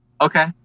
Okay